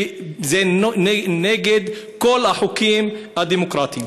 כי זה נגד כל החוקים הדמוקרטיים.